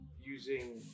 using